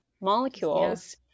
molecules